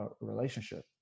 relationship